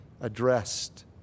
addressed